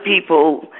people